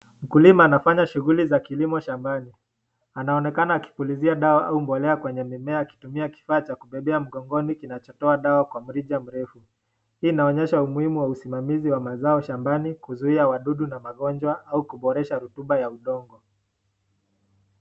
Mkulima anafanya shughuli za kilimo shambani. Anaonekana akipulizia dawa au mbolea kwenye mimea akitumia kifaa cha kubebea mgongoni kinachotoa dawa kwa mrija mrefu. Hii inaonyesha umuhimu wa usimamizi wa mazao shambani, kuzuia wadudu na magaonjwa au kuboresha rutuba ya udongo.